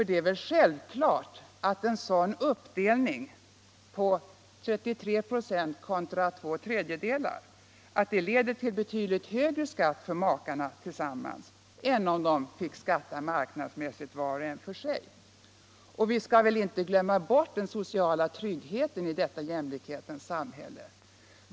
Det är väl självklart att en sådan uppdelning med en tredjedel kontra två tredjedelar leder till betydligt högre skatt för makarna tillsammans än om de fick skatta var och en för sig för marknadsmässiga löner. Vi skall väl inte heller glömma bort den sociala tryggheten i detta jämlikhetens samhälle!